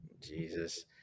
Jesus